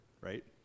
right